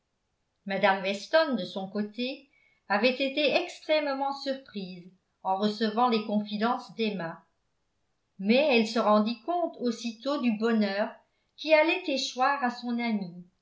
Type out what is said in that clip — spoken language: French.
mme weston de son côté avait été extrêmement surprise en recevant les confidences d'emma mais elle se rendit compte aussitôt du bonheur qui allait échoir à son amie